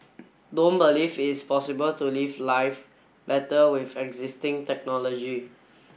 don't believe it's possible to live life better with existing technology